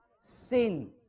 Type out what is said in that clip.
sin